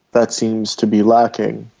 that seems to be lacking.